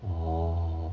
oh